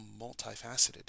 multifaceted